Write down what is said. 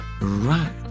right